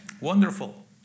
Wonderful